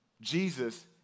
Jesus